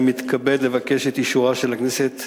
אני מתכבד לבקש את אישורה של הכנסת